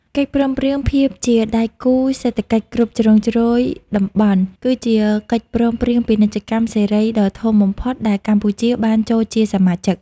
កិច្ចព្រមព្រៀងភាពជាដៃគូសេដ្ឋកិច្ចគ្រប់ជ្រុងជ្រោយតំបន់ គឺជាកិច្ចព្រមព្រៀងពាណិជ្ជកម្មសេរីដ៏ធំបំផុតដែលកម្ពុជាបានចូលជាសមាជិក។